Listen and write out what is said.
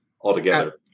altogether